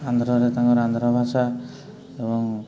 ଆନ୍ଧ୍ରରେ ତାଙ୍କର ଆନ୍ଧ୍ରଭାଷା ଏବଂ